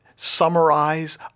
summarize